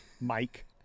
Mike